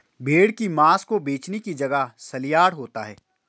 भेड़ की मांस को बेचने का जगह सलयार्ड होता है